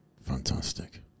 Fantastic